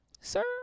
Sir